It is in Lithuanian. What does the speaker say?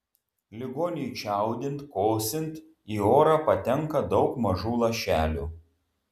ligoniui čiaudint kosint į orą patenka daug mažų lašelių